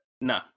No